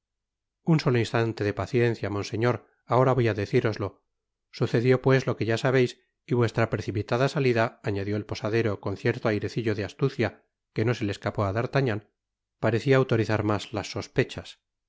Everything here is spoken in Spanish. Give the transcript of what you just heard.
un solo instante de paciencia monseñor ahora voy á deciroslo sucedió pues lo que ya sabeis y vuestra precipitada salida añadió el posadero con cierto airecillo de astucia que no se le escapó á d'artagnan parecia autorizar mas las sospechas